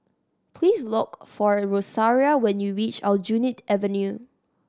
please look for Rosaria when you reach Aljunied Avenue